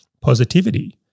positivity